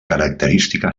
característica